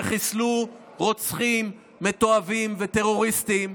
שחיסלו רוצחים מתועבים וטרוריסטים,